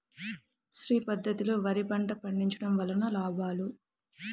శ్రీ పద్ధతిలో వరి పంట పండించడం వలన లాభాలు?